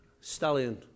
Stallion